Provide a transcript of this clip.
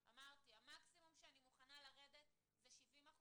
אמרתי: המקסימום שאני מוכנה לרדת אליו זה 70%